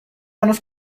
هنوز